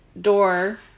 door